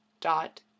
dot